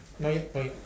not yet not yet